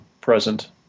present